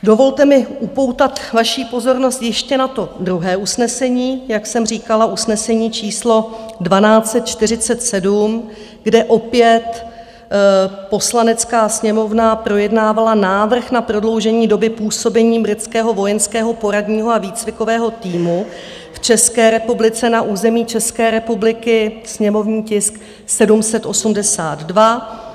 Dovolte mi upoutat vaši pozornost ještě na to druhé usnesení, jak jsem říkala, usnesení číslo 1247, kde opět Poslanecká sněmovna projednávala návrh na prodloužení doby působení Britského vojenského poradního a výcvikového týmu v České republice na území České republiky, sněmovní tisk 782.